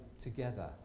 together